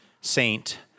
saint